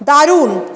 দারুন